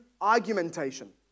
argumentation